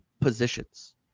positions